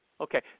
Okay